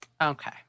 Okay